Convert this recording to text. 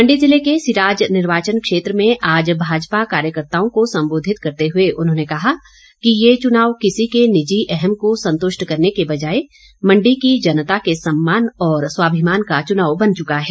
मंडी जिले के सिराज निर्वाचन क्षेत्र में आज भाजपा कार्यकर्ताओं को संबोधित करते हुए उन्होंने कहा कि ये चुनाव किसी के निजी अहम को संतुष्ट करने के बजाए मंडी की जनता के सम्मान और स्वाभिमान का चुनाव बन चुका है